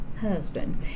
husband